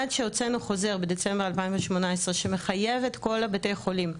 עד שהוצאנו חוזר בדצמבר 2018 שמחייב את כל בתי החולים,